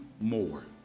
more